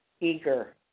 eager